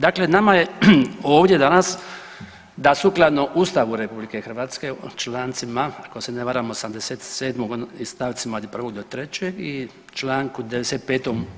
Dakle, nama je ovdje danas da sukladno Ustavu RH o člancima ako se ne varam 87. i stavcima od 1. do 3. i Članku 95.